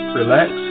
relax